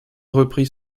reprit